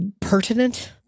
pertinent